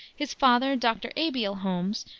his father, dr. abiel holmes,